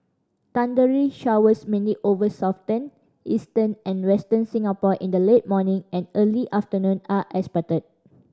thundery showers mainly over Southern Eastern and Western Singapore in the late morning and early afternoon are expected